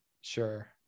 Sure